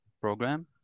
program